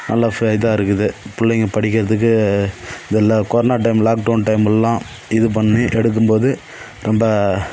நல்லா இதாக இருக்குது பிள்ளைங்க படிக்கிறதுக்கு இதெல்லாம் கொரோனா டைம் லாக்டவுன் டைம்லலாம் இது பண்ணி எடுக்கும்போது ரொம்ப